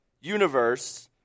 universe